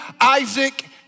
Isaac